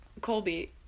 Colby